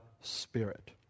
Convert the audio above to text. Spirit